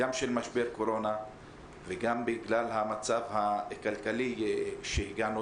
גם של משבר קורונה וגם בגלל המצב הכלכלי שהגענו